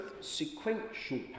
sequential